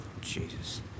Jesus